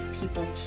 people